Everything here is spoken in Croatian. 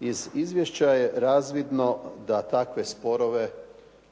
Iz izvješća je razvidno da takve sporove